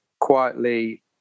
quietly